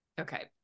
Okay